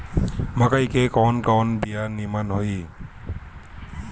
मकई के कवन कवन बिया नीमन होई?